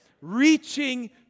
reaching